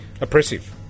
oppressive